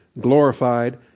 glorified